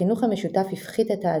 החינוך המשותף הפחית את העזיבה.